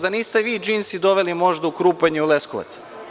Da niste vi i „Džinsi“ doveli možda u Krupanj i u Leskovac?